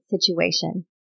situation